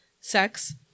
sex